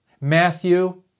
Matthew